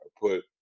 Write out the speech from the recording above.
put